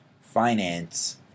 finance